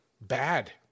bad